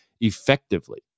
effectively